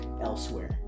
elsewhere